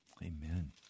Amen